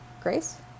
Grace